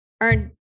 earn